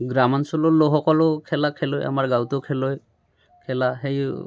গ্ৰামাঞ্চলৰ লোকসকলেও খেলা খেলে আমাৰ গাঁৱতো খেলে খেলা সেই